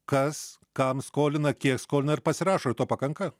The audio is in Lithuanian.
kas kam skolina kiek skolina ir pasirašo ir to pakanka